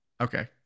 Okay